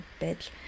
bitch